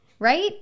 Right